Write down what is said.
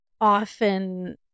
often